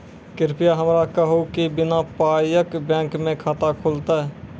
कृपया हमरा कहू कि बिना पायक बैंक मे खाता खुलतै?